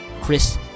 Chris